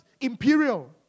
Imperial